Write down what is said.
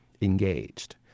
engaged